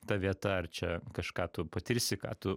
ta vieta ar čia kažką tu patirsi ką tu